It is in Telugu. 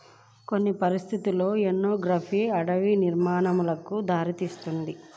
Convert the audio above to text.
కొన్ని పరిస్థితులలో మోనోక్రాపింగ్ అటవీ నిర్మూలనకు దారితీస్తుంది